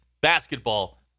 basketball